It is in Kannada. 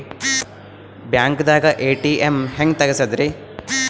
ಬ್ಯಾಂಕ್ದಾಗ ಎ.ಟಿ.ಎಂ ಹೆಂಗ್ ತಗಸದ್ರಿ?